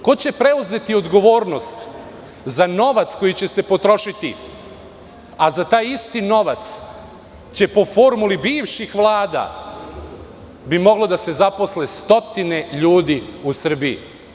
Ko će preuzeti odgovornost za novac koji će se potrošiti, a za taj istinovac, po formuli bivših vlada, bi moglo da se zaposli na stotine ljudi u Srbiji?